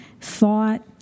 thought